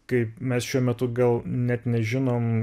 kaip mes šiuo metu gal net nežinom